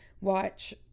watch